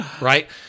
right